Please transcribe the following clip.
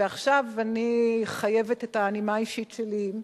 ועכשיו אני חייבת את הנימה האישית שלי.